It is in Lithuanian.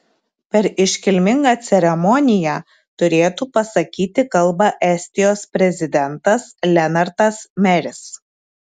per iškilmingą ceremoniją turėtų pasakyti kalbą estijos prezidentas lenartas meris